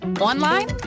online